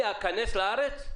אני אכנס לארץ?